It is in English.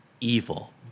evil